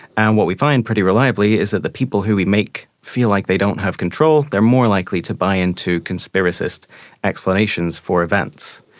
and what we find pretty reliably is that the people who we make feel like they don't have control, they are more likely to buy into conspiracist explanations for that.